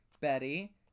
Betty